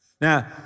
Now